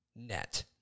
net